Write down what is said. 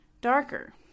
darker